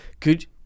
Could-